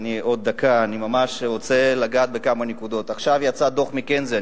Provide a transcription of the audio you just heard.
עכשיו יצא דוח "מקינזי",